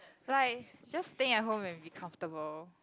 like just staying at home and be comfortable